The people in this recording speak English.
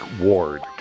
Ward